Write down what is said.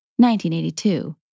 1982